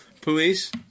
Police